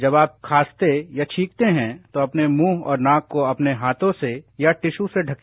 जब आप खांसते या छींकते है तो अपने मुंह और नाक को अपने हाथों से या टिष्यू से ढके